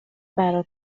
برا